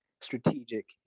strategic